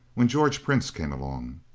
when george prince came along.